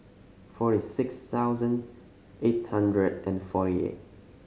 forty six thousand eight hundred and forty eight